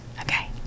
Okay